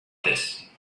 this